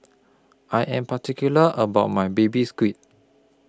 I Am particular about My Baby Squid